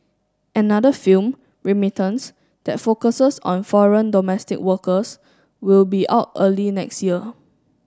another film Remittance that focuses on foreign domestic workers will be out early next year